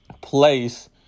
place